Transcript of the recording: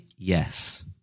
Yes